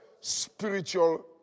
spiritual